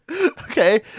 Okay